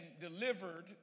delivered